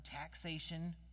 taxation